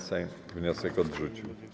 Sejm wniosek odrzucił.